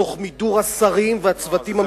תוך מידור השרים והצוותים.